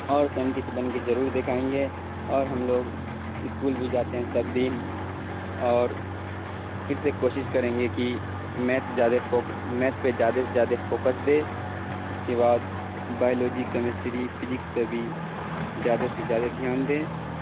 اور سائنٹسٹ بن کے ضرور دکھائیں گے اور ہم لوگ اسکول بھی جاتے ہیں سب دن اور پھر سے کوشش کریں گے کہ میتھ زدہ فوک میتھ پہ جدہ سے زیادہ فوکس دے اس کے بعد بائیولوجی کیمیسٹری فزکس پہ بھی جیادہ سے زیادہ دھیان دیں